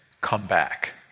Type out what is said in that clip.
comeback